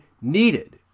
needed